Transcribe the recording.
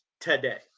Today